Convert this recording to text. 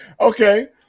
okay